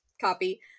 copy